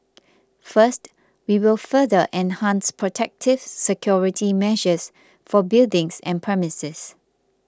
first we will further enhance protective security measures for buildings and premises